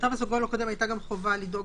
בתו הסגול הקודם הייתה גם חובה לדאוג